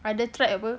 ada apa